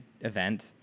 event